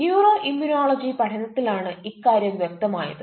neuro immunology പഠനത്തിലാണ് ഇക്കാര്യം വ്യക്തമായത്